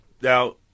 Now